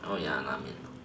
oh ya la-mian